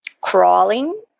crawling